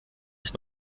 ich